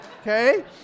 okay